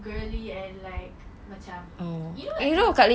girly and like macam you at